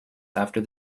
after